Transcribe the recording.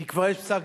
כי כבר יש פסק-דין.